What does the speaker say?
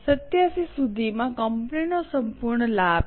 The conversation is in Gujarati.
87 સુધીમાં કંપનીનો સંપૂર્ણ લાભ છે